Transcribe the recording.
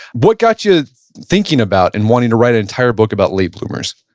what got you thinking about and wanting to write an entire book about late bloomers?